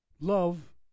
Love